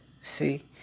See